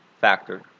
factor